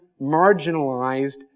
marginalized